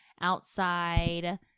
outside